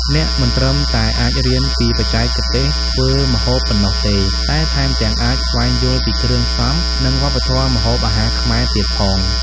អ្នកមិនត្រឹមតែអាចរៀនពីបច្ចេកទេសធ្វើម្ហូបប៉ុណ្ណោះទេ តែថែមទាំងអាចស្វែងយល់ពីគ្រឿងផ្សំ និងវប្បធម៌ម្ហូបអាហារខ្មែរទៀតផង ។